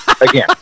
again